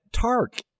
Tark